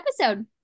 episode